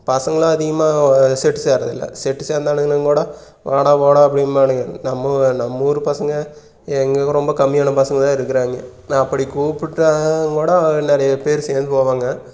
பசங்கள்லாம் அதிகமாக செட்டு சேரறதில்லை செட்டு சேர்ந்தானுங்கன்னாக்கோட வாடா போடா அப்படிம்பானுங்க நம்ம நம்ம ஊர் பசங்கள் இங்கே ரொம்ப கம்மியான பசங்கள்தான் இருக்கிறாங்க நான் அப்படி கூப்பிட்டால் கூடம் நிறைய பேர் சேர்ந்து போவாங்கள்